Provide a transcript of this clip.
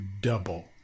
double